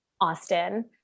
Austin